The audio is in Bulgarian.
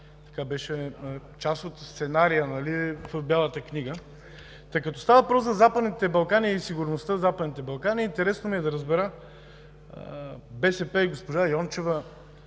Балкани беше част от сценария в Бялата книга. Като става въпрос за Западните Балкани и сигурността в Западните Балкани, интересно ми е да разбера БСП и госпожа Йончева